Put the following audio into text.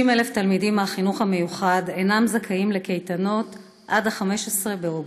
60,000 תלמידים מהחינוך המיוחד אינם זכאים לקייטנות עד 15 באוגוסט,